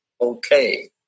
okay